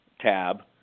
tab